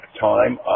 time